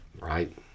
Right